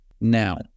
Now